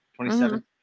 27